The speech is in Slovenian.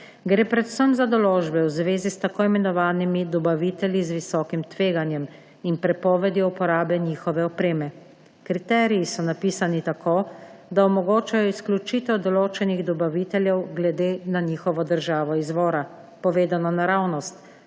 Gre predvsem za določbe v zvezi s tako imenovanimi dobavitelji z visokim tveganjem in prepovedjo uporabe njihove opreme. Kriteriji so napisani tako, da omogočajo izključitev določenih dobaviteljev glede na njihovo državo izvora. Povedano naravnost,